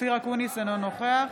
אופיר אקוניס, אינו נוכח